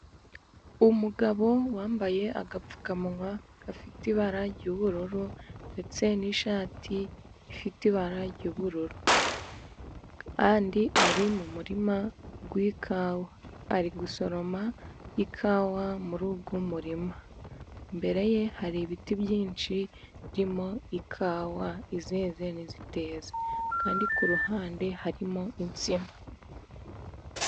Umugabo wambaye agapfukamunwa gafite ibara ry' ubururu ndetse n' ishati ifite ibara ry' ubururu, kandi ari mu murima w' ikawa ari gusoroma ikawa muri uyu murima, imbere ye hari ibiti byinshi birimo ikawa iyeze niteze kandi ku ruhande harimo insina.